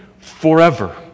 forever